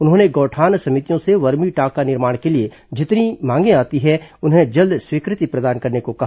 उन्होंने गौठान समितियों से वर्मी टांका निर्माण के लिए जितनी मांगें आती हैं उन्हें जल्द स्वी कृ ति प्रदान करने को कहा